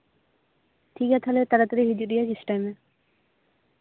ᱴᱷᱤᱠ ᱜᱮᱭᱟ ᱛᱟᱦᱞᱮ ᱛᱟᱲᱟᱛᱟᱲᱤ ᱦᱤᱡᱩᱜ ᱨᱮᱭᱟᱜ ᱪᱮᱥᱴᱟᱭ ᱢᱮ